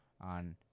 on